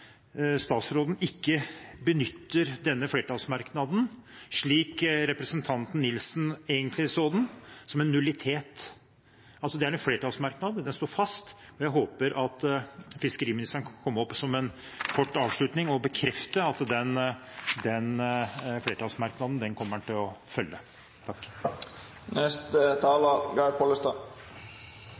statsråden ikke benytter denne flertallsmerknaden slik representanten Nilsen egentlig så den – som en nullitet. Det er en flertallsmerknad, den står fast, og jeg håper at fiskeriministeren kan komme opp hit med en kort avslutning og bekrefte at den flertallsmerknaden kommer han til å følge.